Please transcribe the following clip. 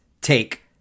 take